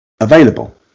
available